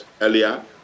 earlier